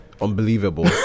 Unbelievable